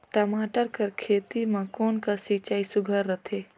टमाटर कर खेती म कोन कस सिंचाई सुघ्घर रथे?